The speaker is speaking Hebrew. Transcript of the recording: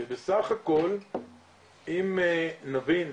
כי בסך הכל אם נבין,